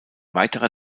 weiterer